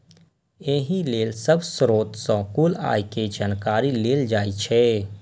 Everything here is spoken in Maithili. एहि लेल सब स्रोत सं कुल आय के जानकारी लेल जाइ छै